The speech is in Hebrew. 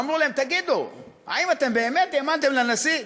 ואמרו להם: תגידו, האם אתם באמת האמנתם לנשיא?